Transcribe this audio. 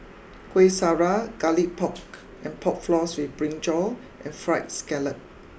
Kueh Syara Garlic Pork and Pork Floss with Brinjal and Fried Scallop